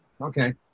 Okay